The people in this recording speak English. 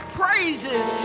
praises